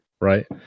Right